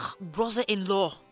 brother-in-law